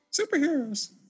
Superheroes